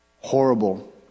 horrible